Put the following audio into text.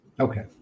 Okay